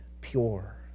pure